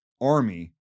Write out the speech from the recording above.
army